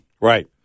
Right